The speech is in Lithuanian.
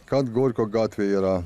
kad gorkio gatvėj yra